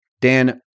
Dan